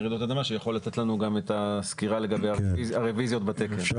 רעידות אדמה שיכול לתת לנו גם את הסקירה לגבי הרביזיות בתקן.